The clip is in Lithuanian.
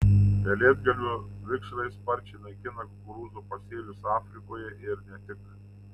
pelėdgalvio vikšrai sparčiai naikina kukurūzų pasėlius afrikoje ir ne tik